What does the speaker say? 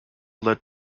led